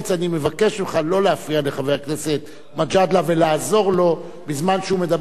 אני מבקש ממך לא להפריע לחבר הכנסת מג'אדלה ולעזור לו בזמן שהוא מדבר,